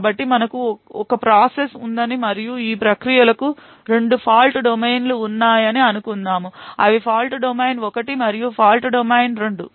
కాబట్టి మనకు ఒక ప్రాసెస్ ఉందని మరియు ఈ ప్రక్రియలకు 2 Fault domainలు ఉన్నాయని అనుకుందాం అవి Fault domain 1 మరియు Fault domain 2